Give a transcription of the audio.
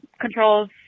controls